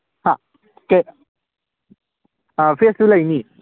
ꯍꯥ ꯑꯥ ꯐ꯭ꯔꯦꯁꯁꯨ ꯂꯩꯅꯤ